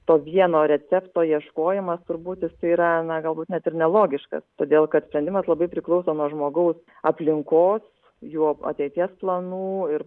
to vieno recepto ieškojimas turbūt jisai yra na galbūt net ir nelogiškas todėl kad sprendimas labai priklauso nuo žmogaus aplinkos jo ateities planų ir